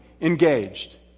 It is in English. engaged